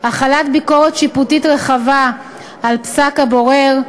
החלת ביקורת שיפוטית רחבה על פסק הבורר,